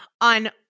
on